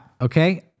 Okay